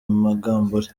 amangambure